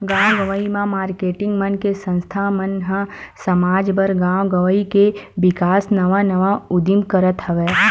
गाँव गंवई म मारकेटिंग मन के संस्था मन ह समाज बर, गाँव गवई के बिकास नवा नवा उदीम करत हवय